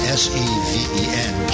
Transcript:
s-e-v-e-n